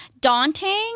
daunting